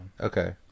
Okay